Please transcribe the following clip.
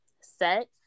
set